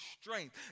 strength